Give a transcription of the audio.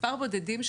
מתיישבים בודדים.